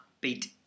beat